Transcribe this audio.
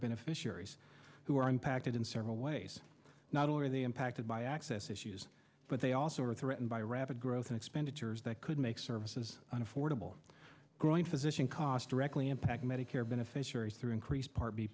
beneficiaries who are impacted in several ways not only are they impacted by access issues but they also are threatened by rapid growth in expenditures that could make services an affordable growing physician cost directly impact medicare beneficiaries through increased par